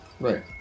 Right